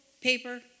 paper